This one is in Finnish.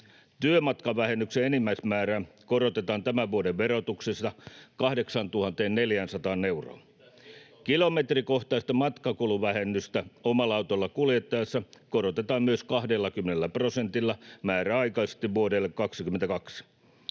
Työmatkavähennyksen enimmäismäärä korotetaan tämän vuoden verotuksessa 8 400 euroon. [Perussuomalaisten ryhmästä: Mitä se nyt on?] Kilometrikohtaista matkakuluvähennystä omalla autolla kuljettaessa korotetaan myös 20 prosentilla määräaikaisesti vuodelle 22.